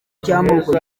cy’amoko